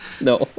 No